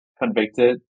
Convicted